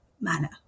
manner